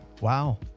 Wow